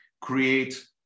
create